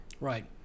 Right